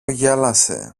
γέλασε